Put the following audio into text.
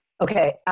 okay